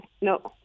no